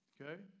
okay